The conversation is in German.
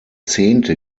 zehnte